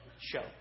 Show